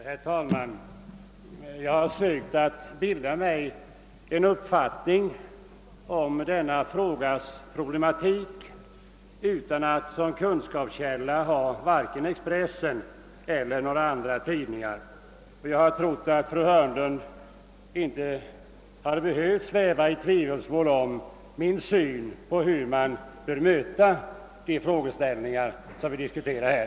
Herr ' talman! Jag har sökt att bilda mig en uppfattning om denna frågas problematik utan att som kunskapskälla ha vare sig Expressen eller några andra tidningar. Jag har trott att fru Hörnlund inte hade behövt sväva i tvivelsmål om min syn på hur man bör möta de frågeställningar som vi diskuterar här.